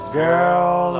girl